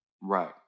Right